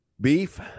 beef